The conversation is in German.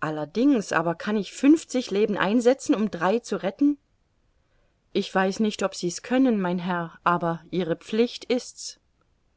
allerdings aber kann ich fünfzig leben einsetzen um drei zu retten ich weiß nicht ob sie's können mein herr aber ihre pflicht ist's